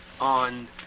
on